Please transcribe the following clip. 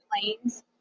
planes